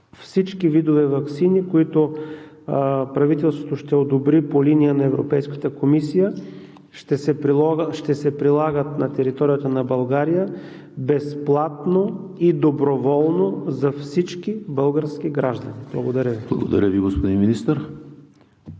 всички видове ваксини, които правителството ще одобри по линия на Европейската комисия, ще се прилагат на територията на България безплатно и доброволно за всички български граждани. Благодаря Ви. ПРЕДСЕДАТЕЛ ЕМИЛ ХРИСТОВ: